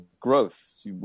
growth